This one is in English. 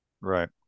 right